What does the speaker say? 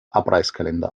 abreißkalender